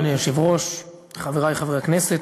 אדוני היושב-ראש, תודה רבה, חברי חברי הכנסת,